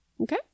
okay